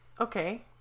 Okay